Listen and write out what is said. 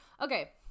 Okay